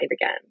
again